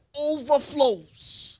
overflows